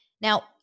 Now